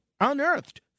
unearthed